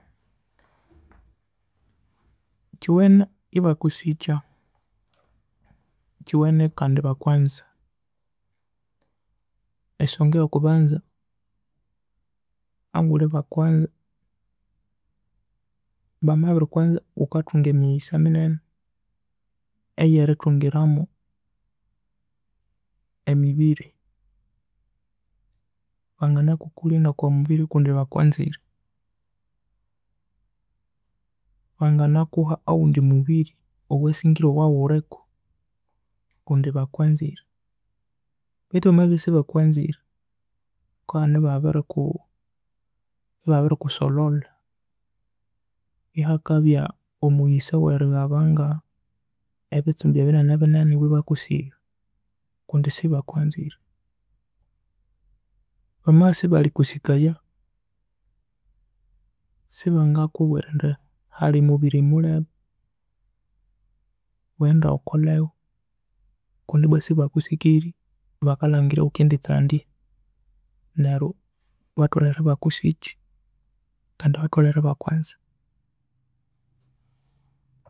Kiwene ebakusikya, kiwene kandi ebakwanza, esonga eyokubanza angulhi ebakwa bamabiri kwanza ghukathunga emighisa minene eyerithungiramu emibiri banganakukulhya nokwa mubiri kundi bakwanzire bethu bamabibya esibakwanzire ghukabana ebabiriku ebabirikusolholha ihakabya omughisa ewerighaba ngebitsumbi ebinene bineneb iwe ebakusigha kundi sibakwanzire bamabya esibalhikusikaya siba ngakubwira indi halhi mubiri mulhebe wende ghukolhewu kundi ibwa sibakusikirye bakalhangira ewukinditsandya neryo batholhere ibakusikya kandi batholhere ebakwanza.